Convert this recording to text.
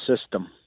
system